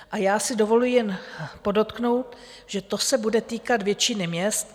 A já si dovoluji jen podotknout, že to se bude týkat většiny měst.